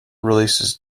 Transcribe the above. releases